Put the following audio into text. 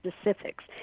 specifics